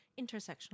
intersectional